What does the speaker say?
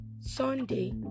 Sunday